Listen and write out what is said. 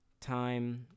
Time